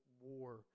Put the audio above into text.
war